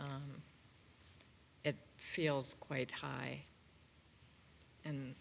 it feels quite high and